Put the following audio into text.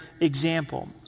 example